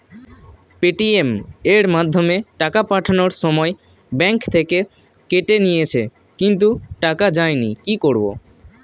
Paytm এর মাধ্যমে টাকা পাঠানোর সময় ব্যাংক থেকে কেটে নিয়েছে কিন্তু টাকা যায়নি কি করব?